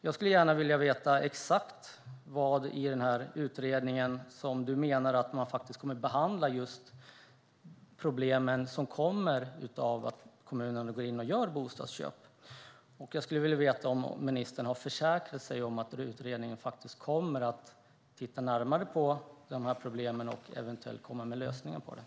Jag skulle gärna vilja veta exakt vad utredningen kommer att behandla när det gäller de problem som kommer av att kommunerna gör bostadsköp. Jag skulle vilja veta om ministern har försäkrat sig om att utredningen faktiskt kommer att titta närmare på de här problemen och eventuellt komma med lösningar på dem.